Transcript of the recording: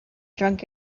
drunk